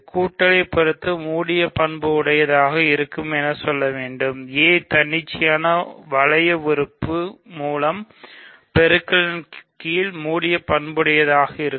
கூட்டலை பொருத்து மூடிய பண்பு உடையதாக இருக்கும் என சொல்ல வேண்டும் a தன்னிச்சையான வளைய உறுப்பு மூலம் பெருக்கலின் கீழ் மூடிய பண்பு உடையதாக இருக்கும்